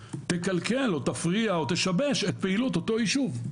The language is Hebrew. תקלקל או תפריע או תשבש את פעילות אותו יישוב.